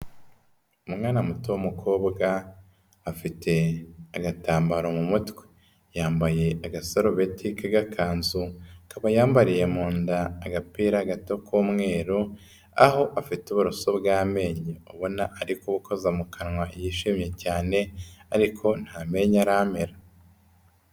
Umwana muto w'umukobwa, afite agatambaro mu mutwe, yambaye agasarubeti k'agakanzu, akaba yambariye mu nda agapira gato k'umweru aho afite uburoso bw'amenyo ubona ari kubukoza mu kanwa yishimye cyane ariko nta menyo aramera.